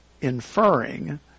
inferring